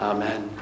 Amen